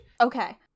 Okay